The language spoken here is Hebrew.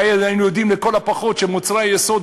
והיינו יודעים לכל הפחות שמוצרי היסוד,